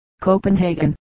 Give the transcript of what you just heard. Copenhagen